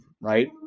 right